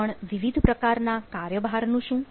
પણ વિવિધ પ્રકારના કાર્યભાર નું શું